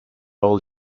all